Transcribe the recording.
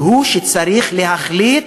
והוא שצריך להחליט